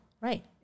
Right